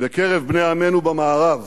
בקרב בני עמנו במערב,